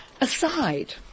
aside